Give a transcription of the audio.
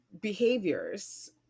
behaviors